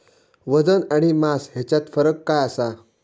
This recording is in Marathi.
वजन आणि मास हेच्यात फरक काय आसा?